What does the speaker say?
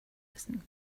listening